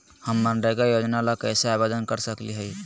हम मनरेगा योजना ला कैसे आवेदन कर सकली हई?